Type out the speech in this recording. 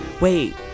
Wait